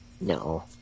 No